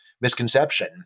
misconception